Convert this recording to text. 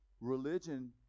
Religion